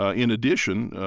ah in addition,